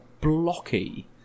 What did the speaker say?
blocky